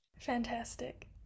Fantastic